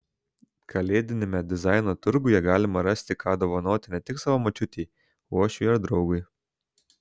kalėdiniame dizaino turguje galima rasti ką dovanoti ne tik savo močiutei uošviui ar draugui